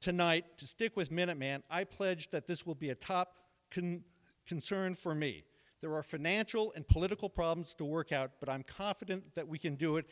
tonight to stick with minute man i pledge that this will be a top can concern for me there are financial and political problems to work out but i'm confident that we can do it